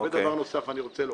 ודבר נוסף אני רוצה לומר.